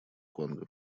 конго